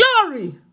Glory